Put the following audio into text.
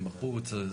הם בחוץ,